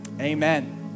amen